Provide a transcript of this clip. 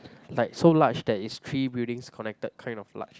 like so large that it's three buildings connected kind of large